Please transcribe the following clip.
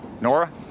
Nora